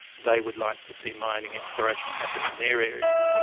they would like to see mining exploration happen in their areas, and